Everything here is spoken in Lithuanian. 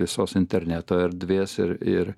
visos interneto erdvės ir ir